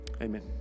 Amen